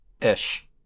Ish